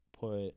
put